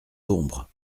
d’ombre